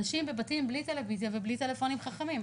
אנשים בבתים בלי טלוויזיה ובלי טלפונים חכמים,